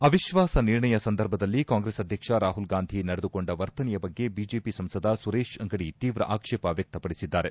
ಅವಿಶ್ವಾಸ ನಿರ್ಣಯ ಸಂದರ್ಭದಲ್ಲಿ ಕಾಂಗ್ರೆಸ್ ಅಧ್ಯಕ್ಷ ರಾಹುಲ್ಗಾಂಧಿ ನಡೆದುಕೊಂಡ ವರ್ತನೆಯ ಬಗ್ಗೆ ಬಿಜೆಪಿ ಸಂಸದ ಸುರೇಶ್ ಅಂಗಡಿ ತೀವ್ರ ಆಕ್ಷೇಪ ವ್ಯಕ್ತಪಡಿಸಿದ್ದಾರೆ